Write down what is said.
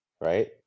right